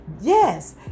Yes